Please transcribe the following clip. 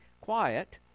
quiet